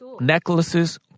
necklaces